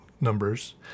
numbers